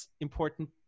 important